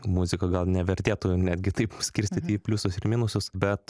muziką gal nevertėtų netgi taip skirstyti į pliusus ir minusus bet